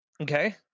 Okay